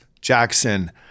Jackson